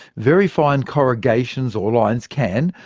very fine corrugations or lines can,